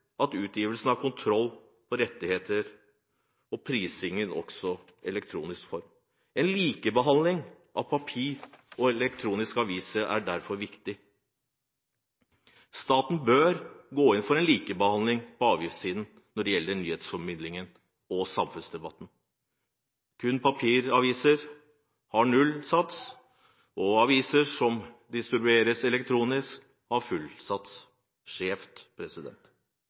at utgiveren har kontroll over rettigheter og prising også i elektronisk form. En likebehandling av papiraviser og elektroniske aviser er derfor viktig. Staten bør gå inn for en likebehandling på avgiftssiden når det gjelder nyhetsformidling og samfunnsdebatt. Kun papiraviser har nullsats – aviser som distribueres elektronisk, har full merverdiavgiftssats. Det er skjevt.